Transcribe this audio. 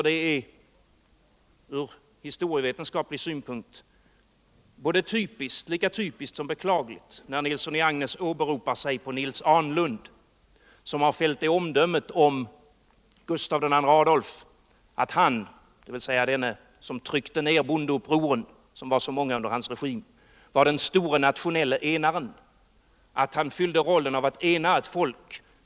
Det är från historisk vetenskaplig synpunkt lika typiskt som beklagligt, när herr Nilsson åberopar Nils Ahnlund, som har fällt det omdömet om Gustav II Adolf att han, som tryckte ner bondeupproren, vilka var så Nr 120 många under hans regim, var den store nationelle ledaren som enade Onsdagen den ett splittrat folk.